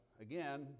Again